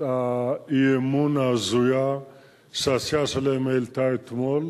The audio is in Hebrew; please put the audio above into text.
האי-אמון ההזויה שהסיעה שלהם העלתה אתמול.